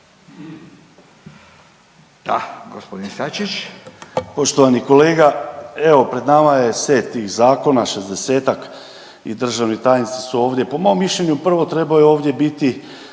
suverenisti)** Poštovani kolega. Evo pred nama je set tih zakona, šezdesetak i državni tajnici su ovdje, po mom mišljenju prvo trebaju ovdje biti